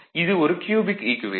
இது ஒரு cubic equation